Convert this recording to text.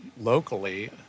locally